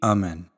Amen